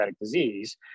disease